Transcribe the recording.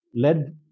Led